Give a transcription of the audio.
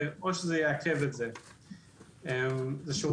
או שזה יעכב את זה.